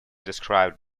described